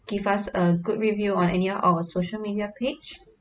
give us a good review on any of our social media page